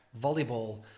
volleyball